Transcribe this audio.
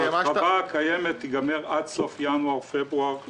ההרחבה הקיימת תיגמר עד סוף ינואר-פברואר,